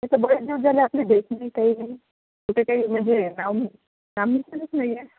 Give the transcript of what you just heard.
तसं बरे दिवस झालं आपली भेट नाही ताई काही कुठे काही म्हणजे नाही आहे